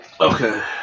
Okay